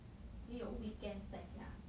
只有 weekends 在家